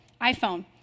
iPhone